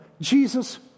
Jesus